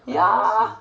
yeah